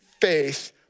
faith